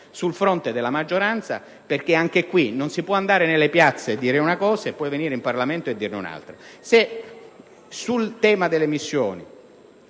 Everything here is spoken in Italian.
sul fronte della maggioranza, perché non si può andare nelle piazze e dire una cosa e poi venire in Parlamento e dirne un'altra: se sul tema delle missioni